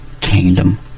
Kingdom